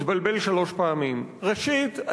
התבלבל שלוש פעמים: ראשית,